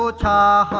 da